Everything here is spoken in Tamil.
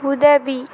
உதவி